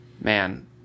man